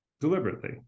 deliberately